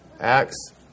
Acts